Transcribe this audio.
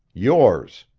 yours.